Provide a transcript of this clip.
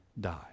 die